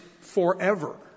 forever